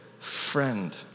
Friend